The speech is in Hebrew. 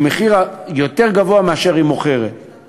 מחיר יותר גבוה מאשר המחיר שבו היא מוכרת.